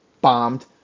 bombed